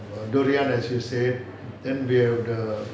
durian as you say then we have the